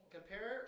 Compare